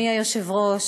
אדוני היושב-ראש,